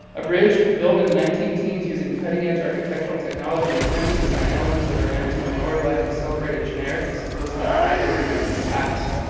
a bridge built in the nineteen-teens using cutting-edge architectural technology and trendy design elements that are meant to memorialize and celebrate a generic and supposedly bygone american past.